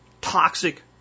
toxic